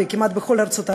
וכמעט בכל ארצות ערב,